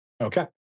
Okay